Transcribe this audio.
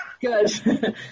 Good